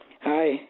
Hi